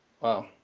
Wow